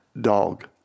dog